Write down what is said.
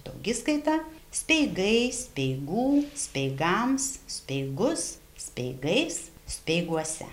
daugiskaita speigai speigų speigams speigus speigais speiguose